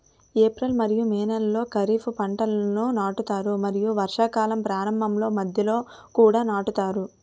April మరియు May నెలలో ఖరీఫ్ పంటలను నాటుతారు మరియు వర్షాకాలం ప్రారంభంలో మధ్యలో కూడా నాటుతారు